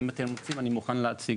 אם אתם רוצים, אני מוכן להציג.